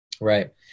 Right